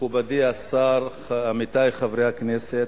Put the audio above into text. מכובדי השר, עמיתי חברי הכנסת,